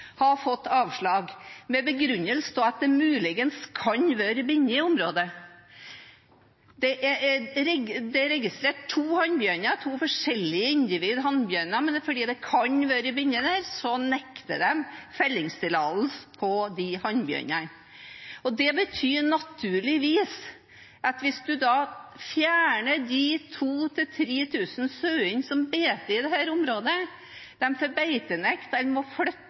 med den begrunnelsen at det muligens kan være binner i området. Det er registrert to hannbjørner, to forskjellige individ hannbjørner, men fordi det kan være binner der, nekter de fellingstillatelse av de hannbjørnene. Det betyr naturligvis at hvis en fjerner de 2 000–3 000 sauene som beiter i dette området, de får beitenekt og må